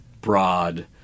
broad